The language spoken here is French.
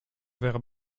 vers